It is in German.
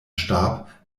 starb